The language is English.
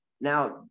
Now